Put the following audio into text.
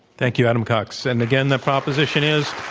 thank you, adam cox. and, again, the proposition is,